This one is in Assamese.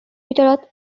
ভিতৰত